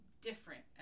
different